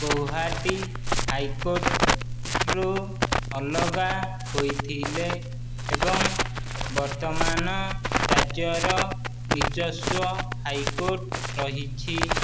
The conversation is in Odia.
ଗୋୖହାଟୀ ହାଇକୋର୍ଟରୁ ଅଲଗା ହୋଇଥିଲେ ଏବଂ ବର୍ତ୍ତମାନ ରାଜ୍ୟର ନିଜସ୍ଵ ହାଇକୋର୍ଟ ରହିଛି